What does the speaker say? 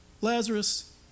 Lazarus